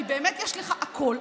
כי באמת יש לך הכול.